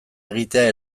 egitea